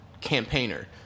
campaigner